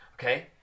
Okay